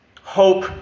hope